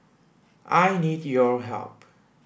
I need your help